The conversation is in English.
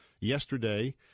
yesterday